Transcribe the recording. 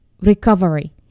recovery